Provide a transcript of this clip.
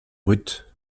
brut